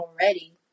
already